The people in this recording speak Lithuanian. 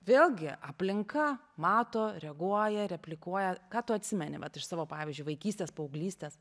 vėlgi aplinka mato reaguoja replikuoja ką tu atsimeni vat iš savo pavyzdžiui vaikystės paauglystės